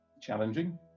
challenging